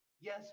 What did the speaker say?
yes